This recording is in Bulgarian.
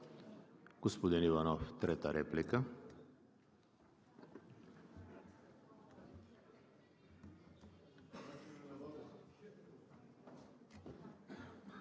Господин Иванов – трета реплика.